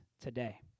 today